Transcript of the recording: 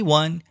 one